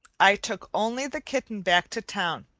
i took only the kitten back to town,